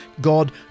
God